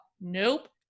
nope